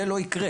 זה לא יקרה.